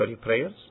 prayers